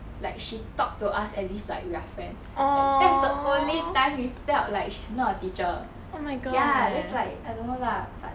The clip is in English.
like she talked to us as if like we are friends like that's the only time we felt like she's not a teacher ya that's like I don't know lah but